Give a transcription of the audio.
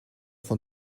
van